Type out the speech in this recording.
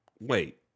wait